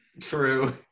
True